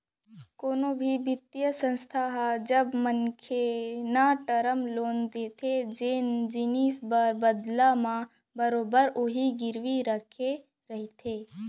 कोनो भी बित्तीय संस्था ह जब मनसे न टरम लोन देथे जेन जिनिस बर बदला म बरोबर ओहा गिरवी रखे रहिथे